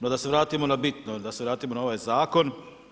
No, da se vratimo na bitno, da se vratimo na ovaj zakon.